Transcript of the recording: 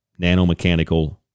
nanomechanical